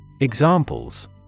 Examples